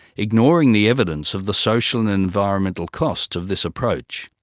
ignoring the evidence of the social and environmental costs of this approach.